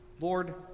Lord